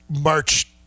March